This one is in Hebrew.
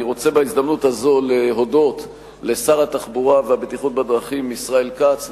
אני רוצה בהזדמנות זו להודות לשר התחבורה והבטיחות בדרכים ישראל כץ,